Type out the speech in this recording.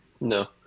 no